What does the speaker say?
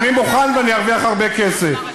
אני מוכן ואני ארוויח הרבה כסף.